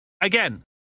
again